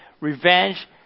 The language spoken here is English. revenge